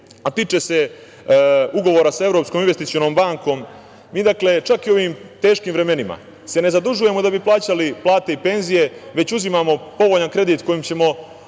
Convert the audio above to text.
a tiče se ugovora sa Evropskom investicionom bankom, mi dakle, čak i u ovim teškim vremenima se ne zadužujemo da bi plaćali plate i penzije, već uzimamo povoljan kredit kojim ćemo